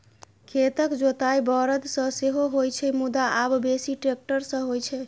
खेतक जोताइ बरद सं सेहो होइ छै, मुदा आब बेसी ट्रैक्टर सं होइ छै